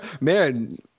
Man